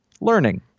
learning